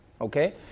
okay